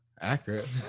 Accurate